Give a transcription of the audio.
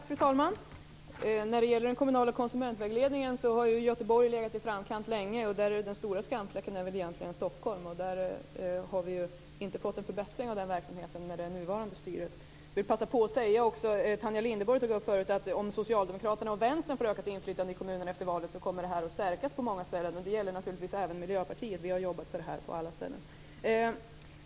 Fru talman! När det gäller den kommunala konsumentvägledningen har Göteborg legat i framkant länge. Den stora skamfläcken är väl egentligen Stockholm. Vi har ju inte fått någon förbättring av den verksamheten med det nuvarande styret. Tanja Linderborg sade förut att om Socialdemokraterna och Vänstern får ökat inflytande i kommunerna efter valet så kommer det här att stärkas på många ställen. Jag vill då passa på att säga att det naturligtvis gäller även Miljöpartiet. Vi har jobbat för det här på alla ställen.